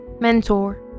mentor